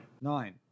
Nine